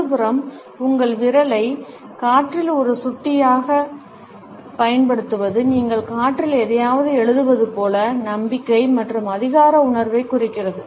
மறுபுறம் உங்கள் விரலை காற்றில் ஒரு சுட்டியாகப் பயன்படுத்துவது நீங்கள் காற்றில் எதையாவது எழுதுவது போல நம்பிக்கை மற்றும் அதிகார உணர்வைக் குறிக்கிறது